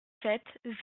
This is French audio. sept